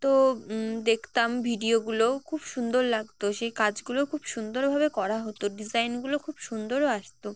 তো দেখতাম ভিডিওগুলো খুব সুন্দর লাগতো সেই কাজগুলো খুব সুন্দরভাবে করা হতো ডিজাইনগুলো খুব সুন্দরও আসতো